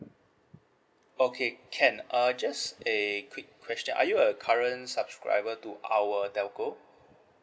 okay can err just a quick question are you a current subscriber to our telco